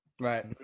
right